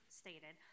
stated